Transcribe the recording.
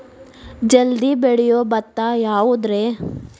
ಜಲ್ದಿ ಬೆಳಿಯೊ ಭತ್ತ ಯಾವುದ್ರೇ?